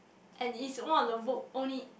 and is one of the book only